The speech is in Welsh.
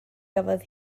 gafodd